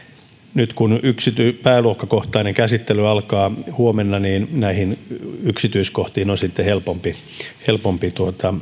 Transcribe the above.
nyt kun pääluokkakohtainen käsittely alkaa huomenna niin näihin yksityiskohtiin on sitten helpompi helpompi